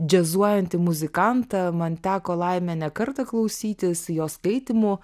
džiazuojantį muzikantą man teko laimė ne kartą klausytis jo skaitymų